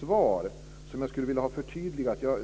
svar som jag skulle vilja ha förtydligad.